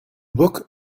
book